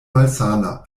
malsana